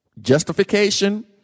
Justification